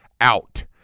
out